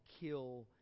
kill